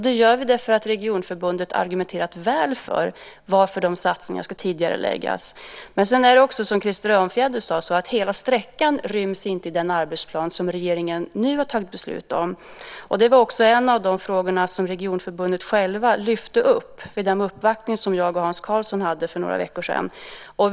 Det gör vi därför att Regionförbundet har argumenterat väl för varför de satsningarna ska tidigareläggas. Sedan är det även så, som Krister Örnfjäder sade, att inte hela sträckan ryms i den arbetsplan som regeringen nu har tagit beslut om. Det var också en av de frågor som Regionförbundet lyfte fram vid den uppvaktning som jag och Hans Karlsson för några veckor sedan hade.